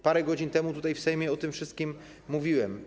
Parę godzin temu tutaj, w Sejmie, o tym wszystkim mówiłem.